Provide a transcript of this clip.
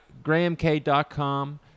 GrahamK.com